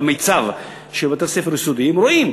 במיצ"ב של בית-הספר היסודי רואים,